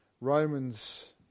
Romans